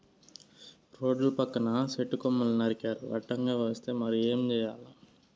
రోడ్ల పక్కన సెట్టు కొమ్మలు నరికినారు అడ్డంగా వస్తే మరి ఏం చేయాల